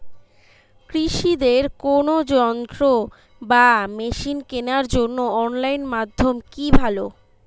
কৃষিদের কোন যন্ত্র বা মেশিন কেনার জন্য অনলাইন মাধ্যম কি ভালো?